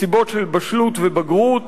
מסיבות של בשלות ובגרות.